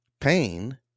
Pain